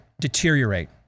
deteriorate